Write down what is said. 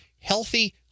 Healthy